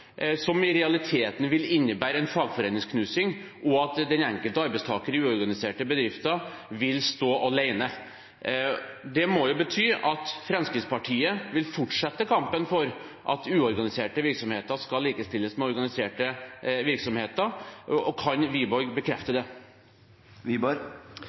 som i realiteten vil innebære en fagforeningsknusing og at den enkelte arbeidstaker i uorganiserte bedrifter vil stå alene. Det må bety at Fremskrittspartiet vil fortsette kampen for at uorganiserte virksomheter skal likestilles med organiserte virksomheter. Kan Wiborg bekrefte